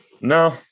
No